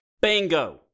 Bingo